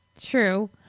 True